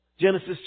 Genesis